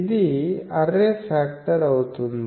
ఇది array factor అవుతుంది